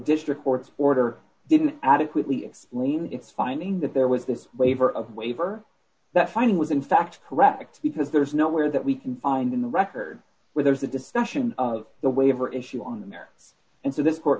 district court's order didn't adequately explain its finding that there was this waiver of waiver that fine was in fact correct because there's nowhere that we can find in the record where there's a discussion of the waiver issue on them and so th